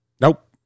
Nope